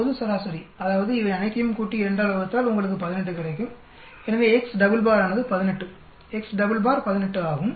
பொது சராசரி அதாவது இவை அனைத்தையும் கூட்டி 2 ஆல் வகுத்தால் உங்களுக்கு 18 கிடைக்கும் எனவே x டபுள் பார் ஆனது 18 x டபுள் பார் 18 ஆகும்